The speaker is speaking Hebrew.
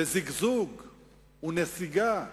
זיגזוג ונסיגה.